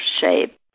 shape